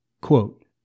quote